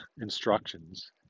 instructions